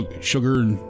sugar